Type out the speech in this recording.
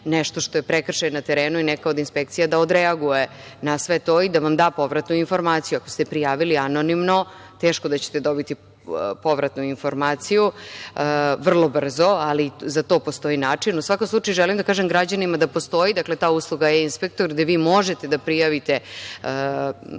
nešto što je prekršaj na terenu i neka od inspekcija da odreaguje na sve to i da vam da povratnu informaciju. Ako ste prijavili anonimno teško da ćete dobiti povratnu informaciju, vrlo brzo, ali za to postoji način. U svakom slučaju želim da kažem građanima da postoji ta usluga E-inspektor gde vi možete da prijavite